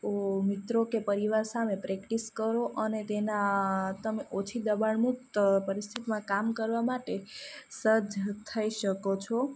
મિત્રો કે પરિવાર સામે પ્રેક્ટિસ કરો અને તેના તમે ઓછી દબાણમુક્ત પરિસ્થિતિમાં કામ કરવા માટે સજ્જ થઈ શકો છો